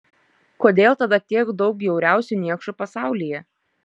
kodėl tada tiek daug bjauriausių niekšų pasaulyje